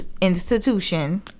institution